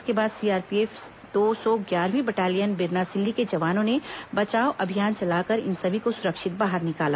इसके बाद सीआरपीएफ दो सौ ग्यारहवीं बटालियन बिरनासिल्ली के जवानों ने बचाव अभियान चलाकर इन सभी को सुरक्षित बाहर निकाला